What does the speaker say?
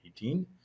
2018